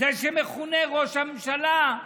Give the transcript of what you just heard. זה שמכונה ראש הממשלה,